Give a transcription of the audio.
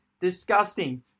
Disgusting